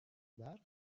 برق